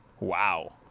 Wow